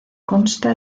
consta